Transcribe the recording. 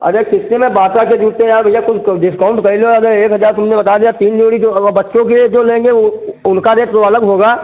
अरे कितने में बाटा के जूते हैं यार भैया कुछ डिस्काउंट कर लो अरे एक हजार तुमने बता दिया अब तीन जोड़ी जो वा बच्चों के लिए जो लेंगे वो उनका रेट तो अलग होगा